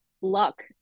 luck